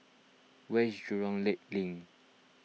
where is Jurong Lake Link